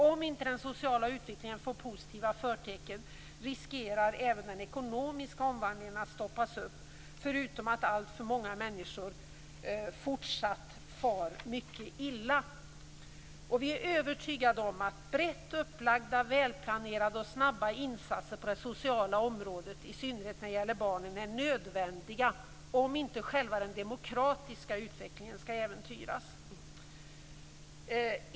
Om inte den sociala utvecklingen får positiva förtecken, riskerar även den ekonomiska omvandlingen att stoppas upp - förutom att alltför många människor fortsatt far illa. Vi är övertygade om att brett upplagda, välplanerade och snabba insatser på det sociala området - i synnerhet när det gäller barnen - är nödvändiga om inte själva den demokratiska utvecklingen skall äventyras.